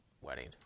wedding